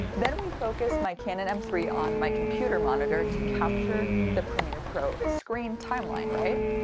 then we focused my canon m three on my computer monitor to capture the premiere pro screen timeline right?